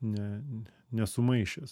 ne nesumaišęs